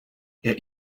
yet